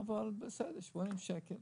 אבל בסדר, 80 שקל.